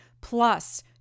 Plus